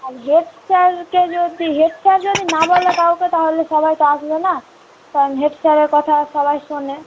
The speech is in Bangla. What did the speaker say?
আর হেড স্যারকে যদি হেড স্যার যদি না বলে কাউকে তাহলে সবাই তো আসবে না কারণ হেড স্যারের কথা সবাই শোনে